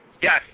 Yes